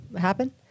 happen